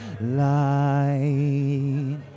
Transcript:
light